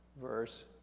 verse